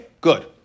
Good